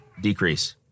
decrease